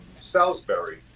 Salisbury